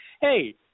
hey